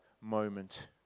moment